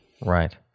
Right